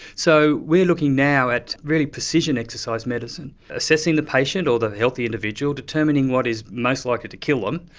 so we are looking now at really precision exercise medicine assessing the patient or the healthy individual, determining what is most likely to kill them,